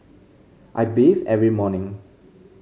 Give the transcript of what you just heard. I bathe every morning